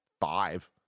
five